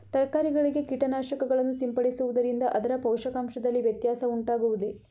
ತರಕಾರಿಗಳಿಗೆ ಕೀಟನಾಶಕಗಳನ್ನು ಸಿಂಪಡಿಸುವುದರಿಂದ ಅದರ ಪೋಷಕಾಂಶದಲ್ಲಿ ವ್ಯತ್ಯಾಸ ಉಂಟಾಗುವುದೇ?